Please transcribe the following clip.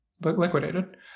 liquidated